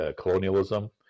colonialism